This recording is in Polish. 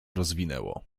rozwinęło